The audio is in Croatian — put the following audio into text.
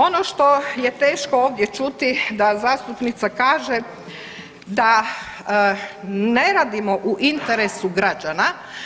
Ono što je teško ovdje čuti da zastupnica kaže da ne radimo u interesu građana.